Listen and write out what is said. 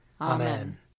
Amen